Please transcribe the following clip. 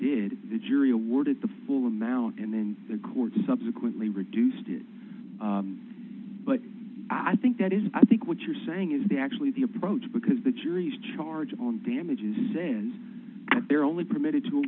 did the jury awarded the full amount and then the court subsequently reduced it but i think that is i think what you're saying is the actually the approach because the juries charge on damages since they're only permitted to